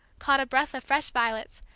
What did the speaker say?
caught a breath of fresh violets,